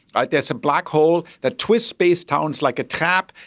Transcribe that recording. ah there's a black hole that twists space down like a tap,